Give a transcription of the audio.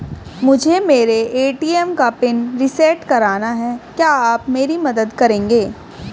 मुझे मेरे ए.टी.एम का पिन रीसेट कराना है क्या आप मेरी मदद करेंगे?